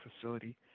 facility